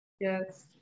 Yes